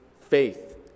faith